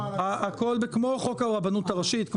מכיוון שאתמול חגגנו הישג דרמטי לרבנות הראשית,